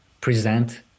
present